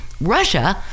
Russia